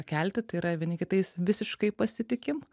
kelti tai yra vieni kitais visiškai pasitikim